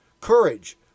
courage